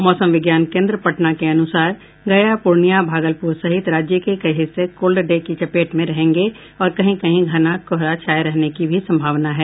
मौसम विज्ञान केन्द्र पटना के अनुसार गया पूर्णियां भागलपुर सहित राज्य के कई हिस्से कोल्ड डे की चपेट में रहेंगे और कहीं कहीं घना कोहरा छाये रहने की भी सम्भावना है